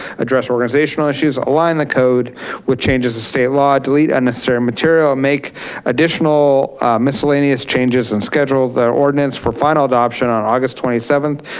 address organizational issues, align the code with changes to state law, delete unnecessary material, make additional miscellaneous changes and schedule the ordinance for final adoption on august twenty seventh,